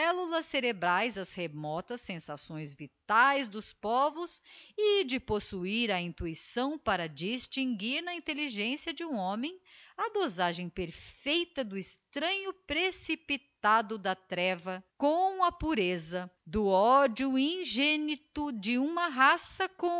cellulas cerebraes as remotas sensações vitaes dos povos e que possuir a intuição para distinguir na intelligencia de um homem a dosagem perfeita do extranho precipitado da treva com a pureza do ódio ingenito de uma raça